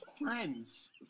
friends